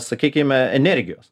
sakykim energijos